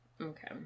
okay